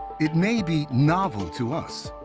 it may be novel to us,